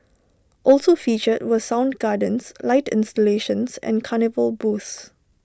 also featured were sound gardens light installations and carnival booths